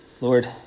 Lord